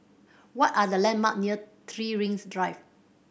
what are the landmark near Three Rings Drive